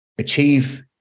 achieve